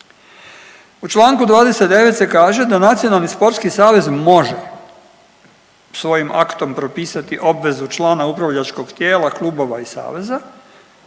U članku 29. se kaže da Nacionalni sportski savez može svojim aktom propisati obvezu člana upravljačkog tijela, klubova i saveza